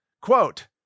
Quote